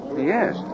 Yes